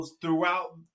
throughout